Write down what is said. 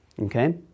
okay